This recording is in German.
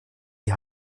die